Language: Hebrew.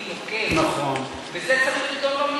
יש פה ויכוח ציבורי נוקב, וזה צריך להידון במליאה.